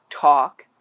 talk